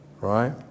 Right